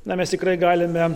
na mes tikrai galime